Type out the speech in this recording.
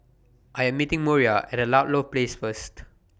I Am meeting Moriah At Ludlow Place First